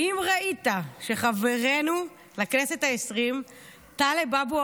האם ראית שחברנו לכנסת העשרים טלב אבו